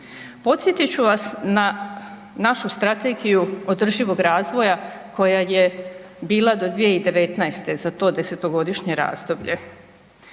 Podsjetit ću vas na našu strategiju održivog razvoja koja je bila do 2019. za to 10-godišnje razdoblje.